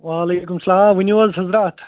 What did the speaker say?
وَعلیکُم سَلام ؤنِو حظ حضرات